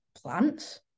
plants